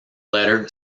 letter